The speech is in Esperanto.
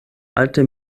alte